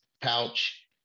pouch